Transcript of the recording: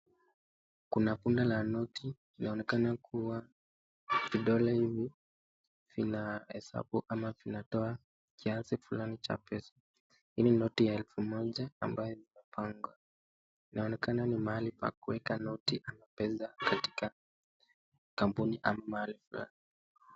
Kuna bunda la noti. Iinaonekana kuwa vidole hivi vinahesabu ama vinatoa kiasi fulani cha pesa. Hii ni noti ya elfu moja ambayo imepangwa. Inaonekana ni mahali pa kuweka noti ama pesa katika kampuni ama mahali fulani.